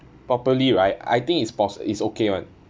properly right I think it's poss~ is okay [one]